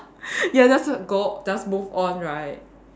ya just go just move on right